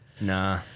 Nah